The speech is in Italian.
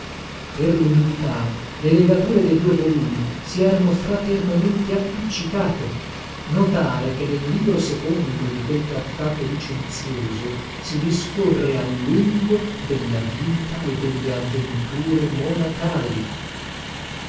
per lumidità le legature de due volumi si erano fraternamente appiccicate notare che nel libro secondo di quel trattato licenzioso si discorre a lungo della vita e delle avventure monacali